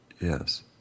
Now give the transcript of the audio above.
Yes